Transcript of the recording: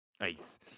Ice